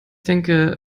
denke